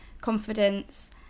confidence